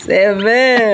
Seven